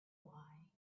why